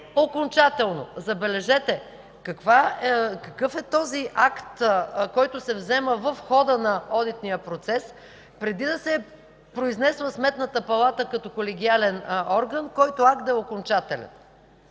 от ГЕРБ.) Забележете – какъв е този акт, който се взема в хода на одитния процес преди да се е произнесла Сметната палата като колегиален орган, който акт да е окончателен?